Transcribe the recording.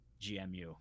gmu